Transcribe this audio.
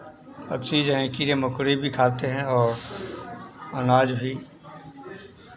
पक्षी जो हैं कीड़े मकोड़े भी खाते हैं और अनाज भी